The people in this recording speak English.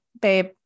babe